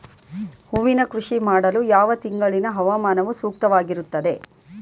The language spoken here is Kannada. ಹೂವಿನ ಕೃಷಿ ಮಾಡಲು ಯಾವ ತಿಂಗಳಿನ ಹವಾಮಾನವು ಸೂಕ್ತವಾಗಿರುತ್ತದೆ?